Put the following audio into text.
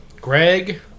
Greg